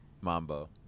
Mambo